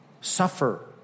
suffer